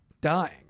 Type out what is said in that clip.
dying